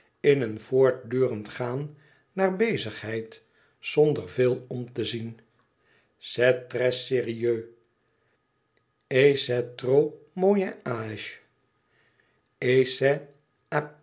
in een voortdurend gaan naar bezigheid zonder veel om te zien